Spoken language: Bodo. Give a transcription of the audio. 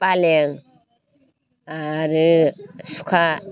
फालें आरो सुखा